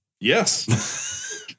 Yes